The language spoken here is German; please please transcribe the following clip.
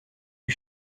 die